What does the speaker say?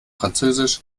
französisch